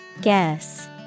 Guess